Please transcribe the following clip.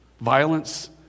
Violence